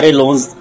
loans